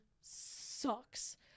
sucks